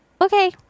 Okay